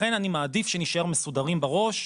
ולכן אני מעדיף שנשאר מסודרים בראש,